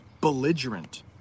Belligerent